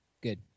Good